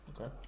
Okay